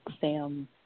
Sam